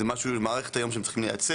זו מערכת היום שהם צריכים לייצר.